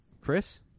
Chris